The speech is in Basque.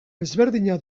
ezberdina